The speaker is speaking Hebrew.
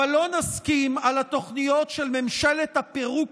אבל לא נסכים על התוכניות של ממשלת הפירוק